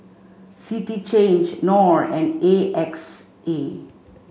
City Change Knorr and A X A